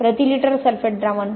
प्रति litre sulphate द्रावण